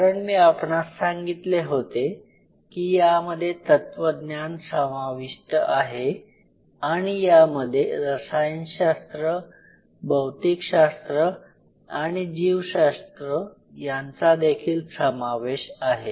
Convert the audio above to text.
कारण मी आपणास सांगितले होते की यामध्ये तत्त्वज्ञान समाविष्ट आहे आणि यामध्ये रसायनशास्त्र भौतिकशास्त्र आणि जीवशास्त्र यांचादेखील समावेश आहे